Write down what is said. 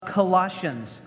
Colossians